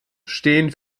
stehen